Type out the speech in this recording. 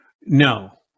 no